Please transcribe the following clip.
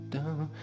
down